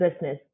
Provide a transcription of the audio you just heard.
business